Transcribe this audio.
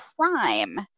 crime